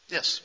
Yes